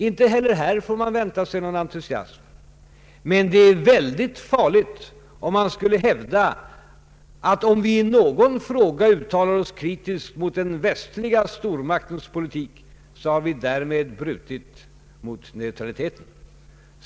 Inte heller här får man vänta sig någon entusiasm, men det är väldigt farligt att hävda att om vi i någon fråga uttalar oss kritiskt mot den västliga stormaktens politik har vi därmed brutit mot neutraliteten.